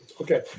Okay